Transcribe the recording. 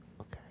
Okay